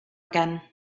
again